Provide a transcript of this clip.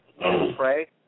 pray